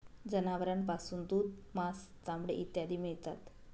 जनावरांपासून दूध, मांस, चामडे इत्यादी मिळतात